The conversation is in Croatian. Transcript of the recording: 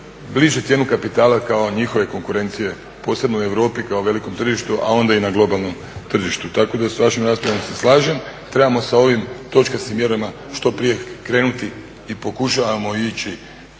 bliže cijenu kapitala kao njihove konkurencije posebno u Europi kao velikom tržištu a onda i na globalnom tržištu. Tako da s vašom raspravom se slažem. Trebamo sa ovim točkastim mjerama što prije krenuti i pokušavamo ići